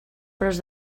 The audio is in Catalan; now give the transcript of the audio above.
preus